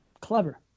clever